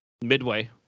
midway